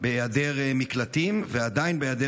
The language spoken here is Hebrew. בהיעדר מקלטים ועדיין בהיעדר